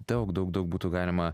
daug daug daug būtų galima